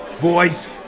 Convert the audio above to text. Boys